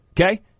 Okay